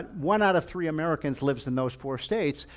one out of three americans lives in those four states.